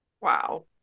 Wow